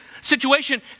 situation